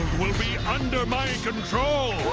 will be under my control!